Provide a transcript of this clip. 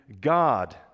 God